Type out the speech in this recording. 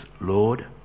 Lord